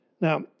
Now